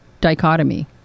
dichotomy